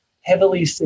heavily